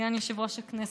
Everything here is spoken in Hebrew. סגן יושב-ראש הכנסת,